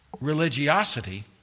religiosity